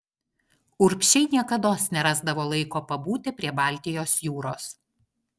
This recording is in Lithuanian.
urbšiai niekados nerasdavo laiko pabūti prie baltijos jūros